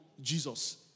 Jesus